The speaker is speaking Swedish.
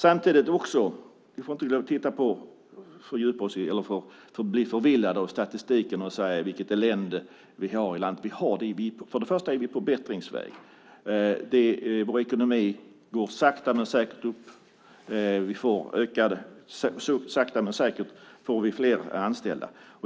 Samtidigt får vi inte bli förvillade av statistiken och tala om vilket elände vi har i landet. Vi är på bättringsvägen. Vår ekonomi går sakta men säkert upp. Vi får sakta men säkert fler anställda.